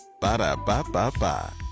Ba-da-ba-ba-ba